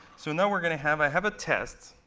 so now we're going to have i have a test.